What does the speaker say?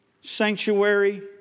sanctuary